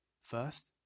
First